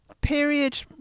period